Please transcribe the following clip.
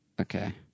Okay